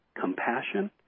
Compassion